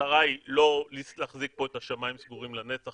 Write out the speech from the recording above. המטרה היא לא להחזיק פה את השמיים סגורים לנצח.